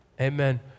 Amen